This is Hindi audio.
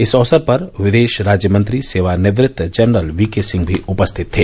इस अवसर पर विदेश राज्यमंत्री सेवानिवृत्त जनरल वी के सिंह भी उपस्थित थे